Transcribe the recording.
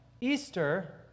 Easter